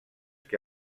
que